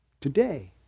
Today